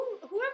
whoever